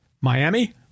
Miami